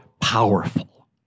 powerful